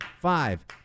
five